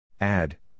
Add